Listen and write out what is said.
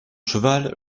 cheval